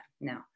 now